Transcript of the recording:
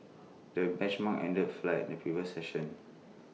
the benchmark ended flat in the previous session